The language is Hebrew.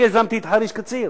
אני יזמתי את חריש-קציר